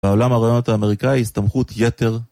בעולם הרעיונות האמריקאי הסתמכות יתר.